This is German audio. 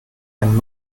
ein